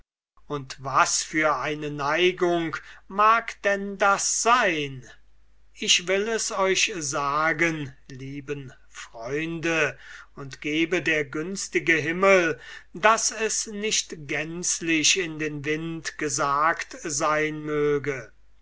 und was für eine neigung mag denn das sein ich will es euch sagen lieben freunde und gebe der günstige himmel daß es nicht gänzlich in den wind gesagt sein möge